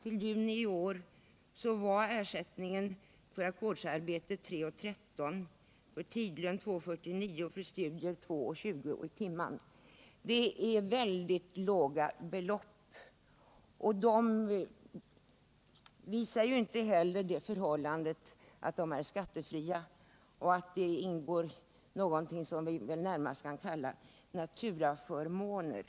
I juni i år var ersättningen för ackordsarbete 3:13 kr., för tidlön 2:49 kr. och för studier 2:20 kr. i timmen. Det är mycket låga belopp, och av dem framgår inte det förhållandet att de är skattefria och att man därutöver har något som vi närmast kan kalla naturaförmåner.